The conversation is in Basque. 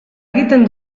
egiten